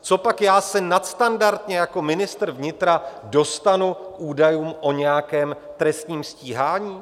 Copak já se nadstandardně jako ministr vnitra dostanu k údajům o nějakém trestním stíhání?